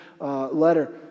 letter